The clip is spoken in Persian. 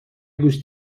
گوش